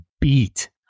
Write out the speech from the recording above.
beat